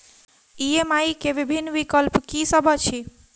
EMI केँ विभिन्न विकल्प की सब अछि